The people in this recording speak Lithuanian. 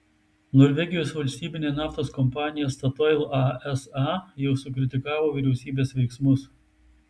norvegijos valstybinė naftos kompanija statoil asa jau sukritikavo vyriausybės veiksmus